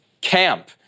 camp